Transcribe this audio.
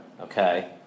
Okay